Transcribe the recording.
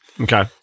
Okay